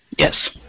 Yes